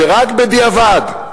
שרק בדיעבד,